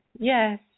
Yes